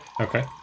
Okay